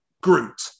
Groot